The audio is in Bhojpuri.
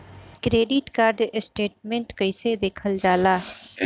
क्रेडिट कार्ड स्टेटमेंट कइसे देखल जाला?